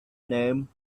name